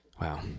Wow